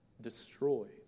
destroyed